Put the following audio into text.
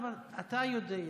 אתה יודע,